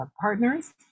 partners